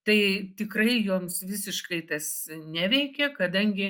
tai tikrai joms visiškai tas neveikia kadangi